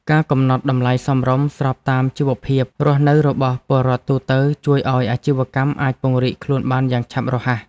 ការកំណត់តម្លៃសមរម្យស្របតាមជីវភាពរស់នៅរបស់ពលរដ្ឋទូទៅជួយឱ្យអាជីវកម្មអាចពង្រីកខ្លួនបានយ៉ាងឆាប់រហ័ស។